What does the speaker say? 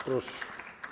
Proszę.